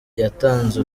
yatanze